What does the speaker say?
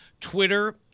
Twitter